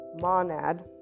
monad